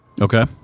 Okay